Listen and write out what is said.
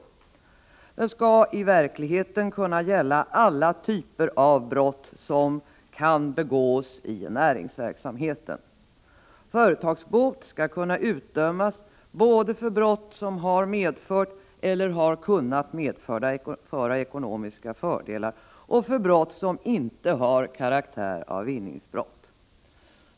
Sanktionen skall i verkligheten kunna gälla alla typer av brott som kan begås i näringsverksamheten. Företagsbot skall kunna utdömas både för brott som har medfört eller som har kunnat medföra ekonomiska fördelar och för brott som inte har karaktär av vinningsbrott.